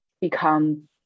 become